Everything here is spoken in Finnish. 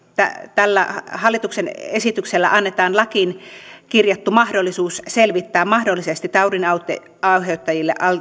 tällä hallituksen esityksellä annetaan lakiin kirjattu mahdollisuus selvittää mahdollisesti taudinaiheuttajille